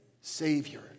Savior